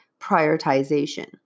prioritization